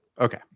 Okay